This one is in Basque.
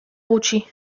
gutxi